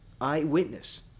eyewitness